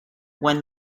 when